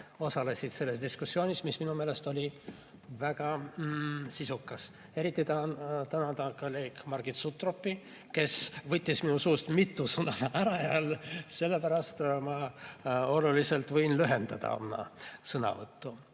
osalesid selles diskussioonis, mis minu meelest oli väga sisukas. Eriti tahan tänada kolleeg Margit Sutropit, kes võttis minu suust mitu sõna ära ja selle pärast ma võin oma sõnavõttu